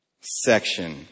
section